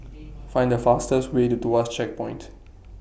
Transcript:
Find The fastest Way to Tuas Checkpoint